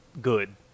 good